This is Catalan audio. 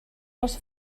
les